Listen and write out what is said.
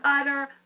utter